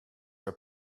were